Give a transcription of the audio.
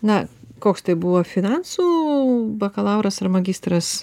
na koks tai buvo finansų bakalauras ar magistras